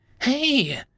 Hey